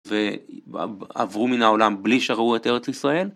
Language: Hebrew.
עברו מן העולם בלי שראו את ארץ ישראל.